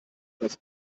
das